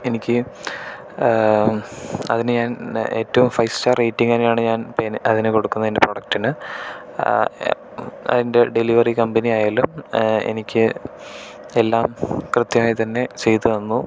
എനിക്ക് അതിന് ഞാൻ ഏറ്റവും ഫൈവ് സ്റ്റാർ റേറ്റിംഗ് തന്നെയാണ് ഞാൻ പേന അതിന് കൊടുക്കുന്നത് എൻ്റെ പ്രോഡക്ടിന് അതിൻ്റെ ഡെലിവറി കമ്പനിയായാലും എനിക്ക് എല്ലാം കൃത്യമായി തന്നെ ചെയ്തു തന്നു